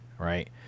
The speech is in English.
right